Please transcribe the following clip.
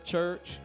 Church